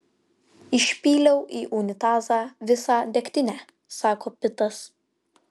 išpyliau į unitazą visą degtinę sako pitas